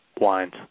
wines